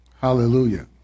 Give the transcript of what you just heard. Hallelujah